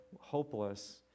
hopeless